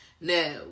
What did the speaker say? No